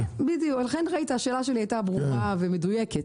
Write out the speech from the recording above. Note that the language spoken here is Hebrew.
לכן ראית, השאלה שלי הייתה ברורה ומדויקת.